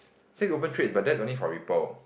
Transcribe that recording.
six open trades but that's only for ripple